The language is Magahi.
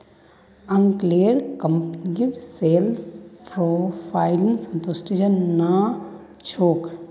अंकलेर कंपनीर सेल्स प्रोफाइल संतुष्टिजनक नी छोक